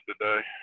today